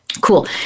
Cool